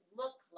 look